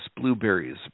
blueberries